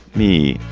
me,